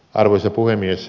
arvoisa puhemies